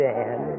Dan